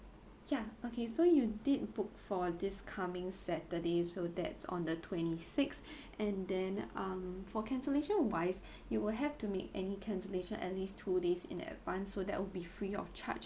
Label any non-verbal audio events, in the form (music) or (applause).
ya okay so you did book for this coming saturday so that's on the twenty six (breath) and then um for cancellation wise you will have to make any cancellation at least two days in advance so that will be free of charge